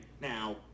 now